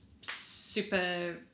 super